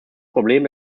problem